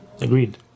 agreed